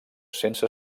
sense